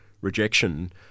rejection